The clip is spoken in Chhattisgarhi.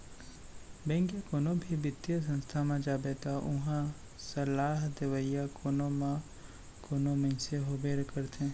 बेंक या कोनो भी बित्तीय संस्था म जाबे त उहां सलाह देवइया कोनो न कोनो मनसे होबे करथे